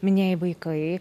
minėjai vaikai